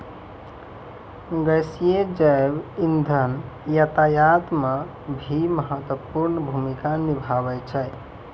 गैसीय जैव इंधन यातायात म भी महत्वपूर्ण भूमिका निभावै छै